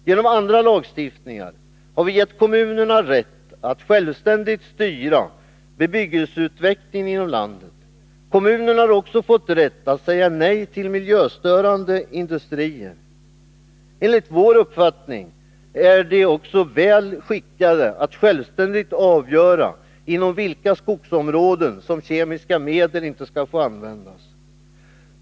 Genom andra lagstiftningar har vi gett kommunerna rätt att självständigt styra bebyggelseutvecklingen inom landet. Kommunerna har också fått rätt att säga nej till miljöstörande industrier. Enligt vår uppfattning är de väl skickade att självständigt avgöra inom vilka skogsområden som kemiska medel inte skall få användas.